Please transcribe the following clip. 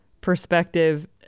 perspective